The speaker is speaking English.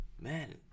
Man